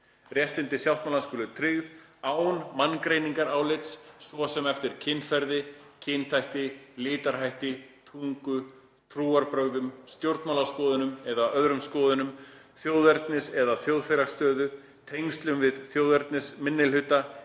Réttindi sáttmálans skulu tryggð án manngreinarálits, svo sem eftir kynferði, kynþætti, litarhætti, tungu, trúarbrögðum, stjórnmálaskoðunum eða öðrum skoðunum, þjóðernis- eða þjóðfélagsstöðu, tengslum við þjóðernisminnihluta,